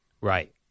Right